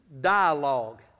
dialogue